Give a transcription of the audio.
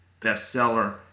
bestseller